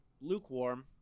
lukewarm